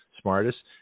smartest